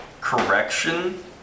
correction